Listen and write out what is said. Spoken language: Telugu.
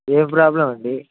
ఏమి ప్రాబ్లం అండి